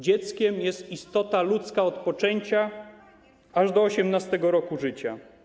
Dzieckiem jest istota ludzka od poczęcia aż do 18. roku życia.